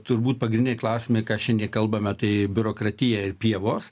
turbūt pagrindiniai klausimai ką šiandien kalbame tai biurokratija ir pievos